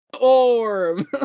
Orm